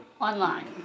online